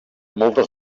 moltes